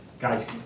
guys